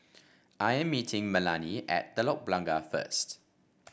I am meeting Melanie at Telok Blangah first